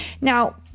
Now